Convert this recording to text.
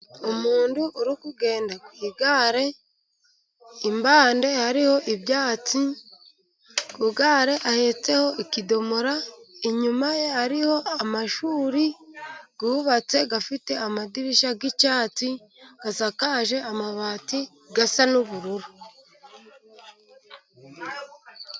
Umuntu uri kugenda ku igare. Impande hariho ibyatsi. Ku gare ahetseho ikidomoro. Inyuma ye hariho amashuri yubatse afite amadirishya y'icyatsi, asakaje amabati asa n'ubururu.